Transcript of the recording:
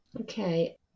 Okay